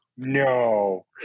no